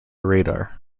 radar